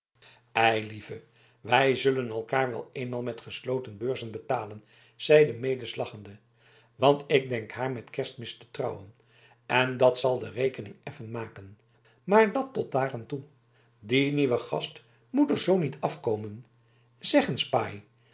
eilieve wij zullen elkaar wel eenmaal met gesloten beurzen betalen zeide melis lachende want ik denk haar met kerstmis te trouwen en dat zal de rekening effen maken maar dat tot daar aan toe die nieuwe gast moet er zoo niet afkomen